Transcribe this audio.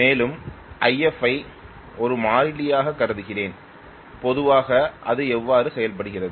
மேலும் If -ஐ ஒரு மாறிலியாக கருதுகிறேன் பொதுவாக அது எவ்வாறு செய்யப்படுகிறது